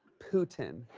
putin.